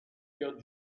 cœur